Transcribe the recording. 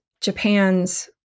Japan's